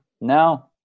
No